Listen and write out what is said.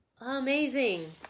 amazing